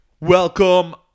Welcome